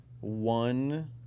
one